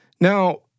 Now